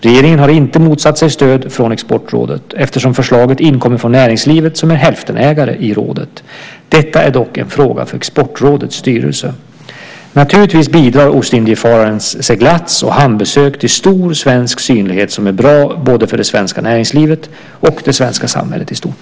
Regeringen har inte motsatt sig stöd från Exportrådet eftersom förslaget inkommer från näringslivet som är hälftenägare i rådet. Detta är dock en fråga för Exportrådets styrelse. Naturligtvis bidrar Ostindiefararens seglats och hamnbesök till stor svensk synlighet som är bra både för det svenska näringslivet och för det svenska samhället i stort.